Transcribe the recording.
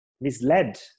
misled